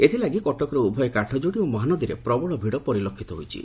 ଏଥିଲାଗି କଟକର ଉଭୟ କାଠଯୋଡ଼ି ଓ ମହାନଦୀରେ ପ୍ରବଳ ଭିଡ଼ ପରିଲକ୍ଷିତ ହୋଇଛି